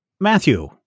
Matthew